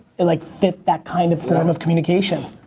it like fit that kind of form of communication.